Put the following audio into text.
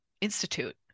institute